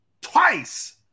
twice